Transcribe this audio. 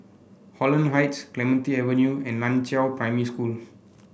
Holland Heights Clementi Avenue and Nan Chiau Primary School